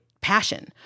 passion